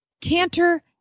canter